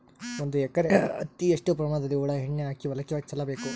ಒಂದು ಎಕರೆ ಹತ್ತಿ ಎಷ್ಟು ಪ್ರಮಾಣದಲ್ಲಿ ಹುಳ ಎಣ್ಣೆ ಹಾಕಿ ಹೊಲಕ್ಕೆ ಚಲಬೇಕು?